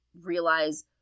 realize